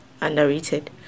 underrated